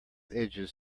edges